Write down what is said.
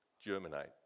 germinate